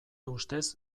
ustez